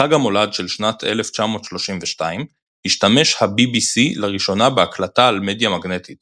בחג המולד של שנת 1932 השתמש ה-BBC לראשונה בהקלטה על מדיה מגנטית